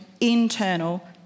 internal